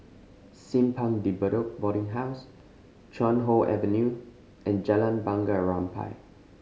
Simpang De Bedok Boarding House Chuan Hoe Avenue and Jalan Bunga Rampai